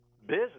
business